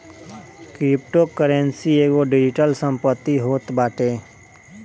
cryptocurrency एगो digital संपत्ति होत बाटे